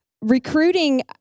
Recruiting